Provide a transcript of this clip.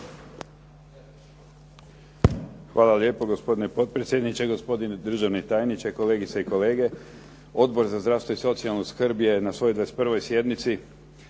Hvala lijepo gospodine potpredsjedniče, gospodine državni tajniče, kolegice i kolege. Odbor za zdravstvo i socijalnu skrb je na svojoj 21. sjednici